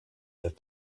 that